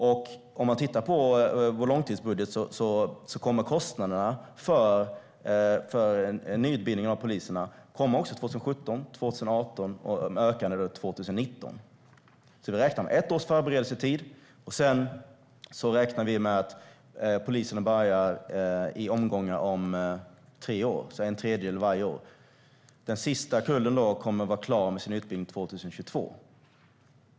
Om man tittar på vår långtidsbudget ser man att kostnaderna för nyutbildning av poliser också kommer 2017 och ökar 2018 och 2019. Vi räknar alltså med ett års förberedelsetid. Sedan räknar vi med att poliserna börjar i omgångar om tre år, alltså en tredjedel varje år. Den sista kullen kommer att vara klar med sin utbildning år 2022.